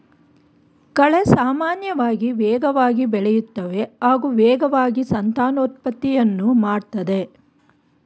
ಕಳೆ ಸಾಮಾನ್ಯವಾಗಿ ವೇಗವಾಗಿ ಬೆಳೆಯುತ್ತವೆ ಹಾಗೂ ವೇಗವಾಗಿ ಸಂತಾನೋತ್ಪತ್ತಿಯನ್ನು ಮಾಡ್ತದೆ